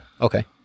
Okay